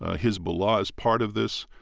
ah hezbollah is part of this,